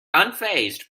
unfazed